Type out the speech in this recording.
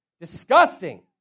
Disgusting